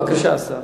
בבקשה, השר.